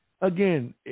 again